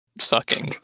sucking